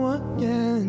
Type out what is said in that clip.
again